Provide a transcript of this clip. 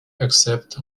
except